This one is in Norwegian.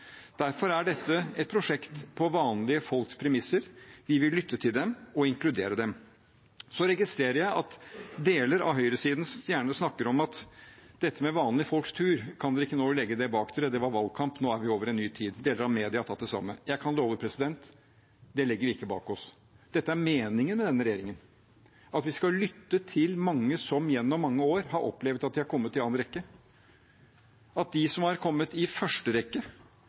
Derfor er dette et prosjekt på vanlige folks premisser. Vi vil lytte til dem og inkludere dem. Jeg registrerer at deler av høyresiden gjerne snakker om det med vanlige folks tur, om vi ikke nå kan legge det bak oss, det var valgkamp, nå er vi over i en ny tid. Deler av media har tatt det samme. Jeg kan love at det legger vi ikke bak oss. Dette er meningen med denne regjeringen, at vi skal lytte til mange som gjennom mange år har opplevd at de har kommet i andre rekke, at de som har kommet i første rekke,